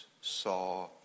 saw